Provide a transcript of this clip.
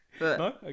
No